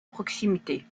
proximité